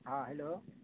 ہاں ہیلو